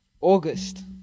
August